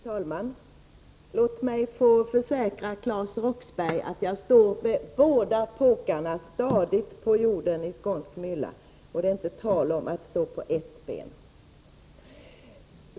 Herr talman! Låt mig försäkra Claes Roxbergh att jag står med båda påkarna stadigt på jorden, i den skånska myllan. Det är inte tal om att stå på ett ben.